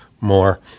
more